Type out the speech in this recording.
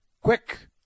Quick